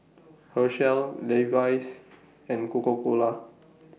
Herschel Levi's and Coca Cola